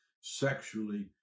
sexually